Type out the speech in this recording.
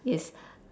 yes